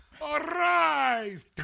Arise